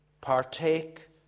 partake